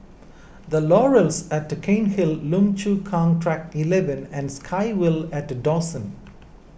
the Laurels at Cairnhill Lim Chu Kang Track eleven and SkyVille at Dawson